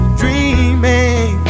dreaming